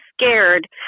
scared